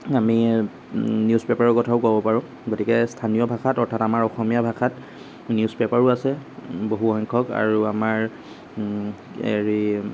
আমি নিউজ পেপাৰৰ কথাও ক'ব পাৰোঁ গতিকে স্থানীয় ভাষাত অৰ্থাৎ আমাৰ অসমীয়া ভাষাত নিউজ পেপাৰো আছে বহু সংখ্যক আৰু আমাৰ হেৰি